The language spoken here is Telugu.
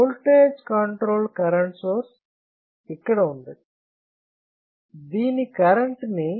ఓల్టేజ్ కంట్రోల్ కరెంట్ సోర్స్ ఇక్కడ ఉంది దీని కరెంట్ ని Gm